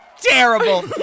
terrible